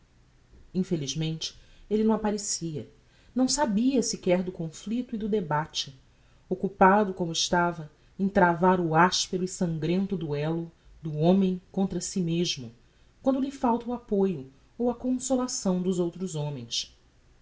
infelizmente elle não apparecia não sabia sequer do conflicto e do debate occupado como estava em travar o aspero e sangrento duelo do homem contra si mesmo quando lhe falta o apoio ou a consolação dos outros homens